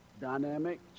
dynamic